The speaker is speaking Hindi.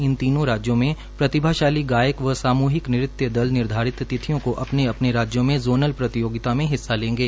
इन तीनों राज्यों में प्रतिभाशाली गायक व साम्हिक नृत्य दल निर्धारित तिथियों को अपने अपने राज्यों में जोनल प्रतियोगिता में हिस्सा लेंगे